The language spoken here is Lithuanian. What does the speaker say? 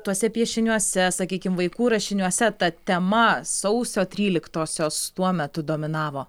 tuose piešiniuose sakykim vaikų rašiniuose ta tema sausio tryliktosios tuo metu dominavo